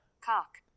cock